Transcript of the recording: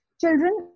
children